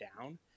down